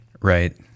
Right